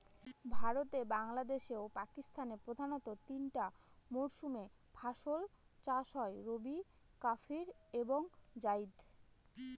ভারতে বাংলাদেশে ও পাকিস্তানে প্রধানত তিনটা মরসুমে ফাসল চাষ হয় রবি কারিফ এবং জাইদ